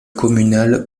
communale